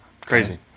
Crazy